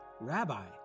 Rabbi